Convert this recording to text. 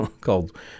called